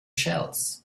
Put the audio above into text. shells